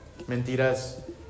mentiras